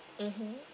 mmhmm